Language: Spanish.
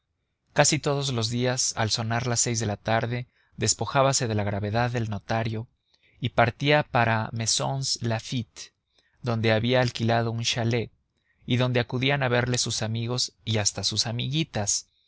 casi todos los días al sonar las seis de la tarde despojábase de la gravedad del notario y partía para maisons lafitte donde había alquilado un chalet y adonde acudían a verle sus amigos y hasta sus amiguitas